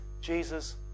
Jesus